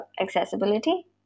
accessibility